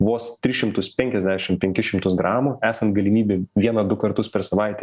vos tris šimtus penkiasdešim penkis šimtus gramų esant galimybei vieną du kartus per savaitę